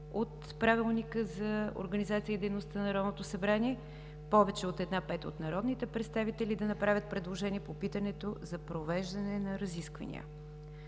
от Правилника за организацията и дейността на Народното събрание – повече от една пета от народните представители да направят предложение по питането за провеждане на разисквания.